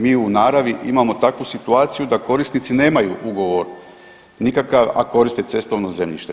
Mi u naravi imamo takvu situaciju da korisnici nemaju ugovor nikakav, a koriste cestovno zemljište.